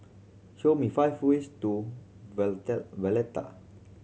show me five ways to Valletta